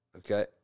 okay